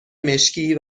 مشکی